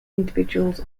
individuals